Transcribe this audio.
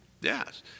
Yes